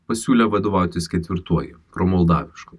pasiūlė vadovautis ketvirtuoju romuoldavišku